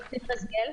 ב"זום".